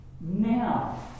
Now